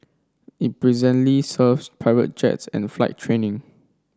it presently serves private jets and flight training